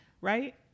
right